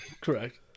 Correct